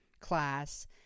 class